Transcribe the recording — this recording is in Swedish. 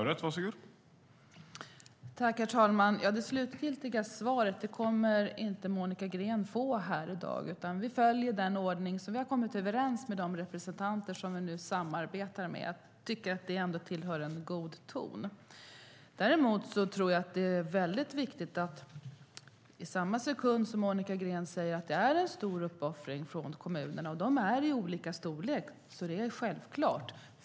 Herr talman! Det slutgiltiga svaret kommer Monica Green inte att få i dag, utan vi följer den ordning vi har kommit överens om med de representanter vi samarbetar med. Det hör till god ton. Det är en stor uppoffring från kommunerna, och de är olika stora.